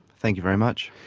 thank you very much.